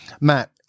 Matt